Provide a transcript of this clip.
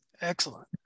Excellent